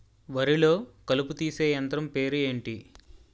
వరి లొ కలుపు తీసే యంత్రం పేరు ఎంటి?